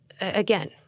again